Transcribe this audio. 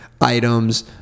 items